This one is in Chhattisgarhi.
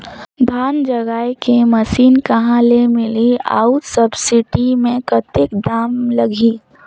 धान जगाय के मशीन कहा ले मिलही अउ सब्सिडी मे कतेक दाम लगही?